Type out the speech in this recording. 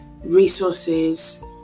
resources